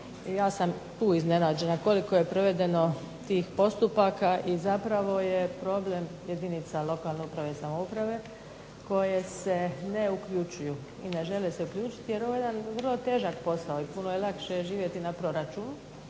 ja sam tu iznenađena koliko je provedeno tih postupaka i zapravo je problem jedinica lokalne uprave i samouprave koje se ne uključuju i ne žele se uključiti jer ovo je jedan vrlo težak posao i puno je lakše živjeti na proračunu.